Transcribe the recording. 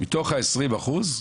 מתוך 20%,